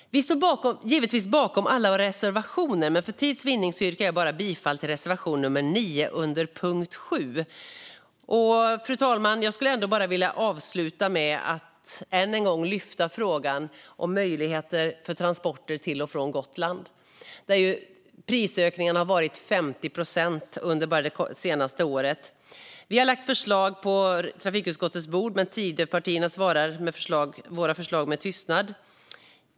Vi står givetvis bakom alla våra reservationer, men för tids vinnande yrkar jag bifall bara till reservation 9 under punkt 7. Fru talman! Jag skulle vilja avsluta med att än en gång lyfta fram frågan om möjligheter för transporter till och från Gotland. Prisökningen har varit 50 procent under bara det senaste året. Vi har lagt förslag på trafikutskottets bord. Men Tidöpartiernas svar på våra förslag är tystnad.